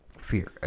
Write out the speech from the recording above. fear